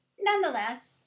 nonetheless